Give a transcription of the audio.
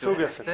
סוג עסק.